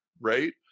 Right